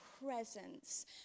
presence